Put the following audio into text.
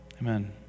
Amen